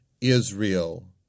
Israel